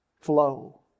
flow